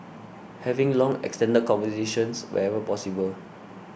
having long extended conversations wherever possible